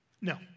No